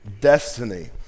Destiny